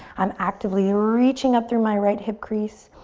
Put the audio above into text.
i'm actively reaching up through my right hip crease.